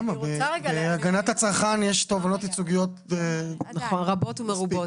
בהגנת הצרכן יש תובענות ייצוגיות רבות ומרובות.